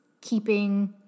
keeping